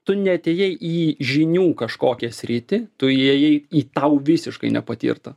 tu neatėjai į žinių kažkokią sritį tu įėjai į tau visiškai nepatirtą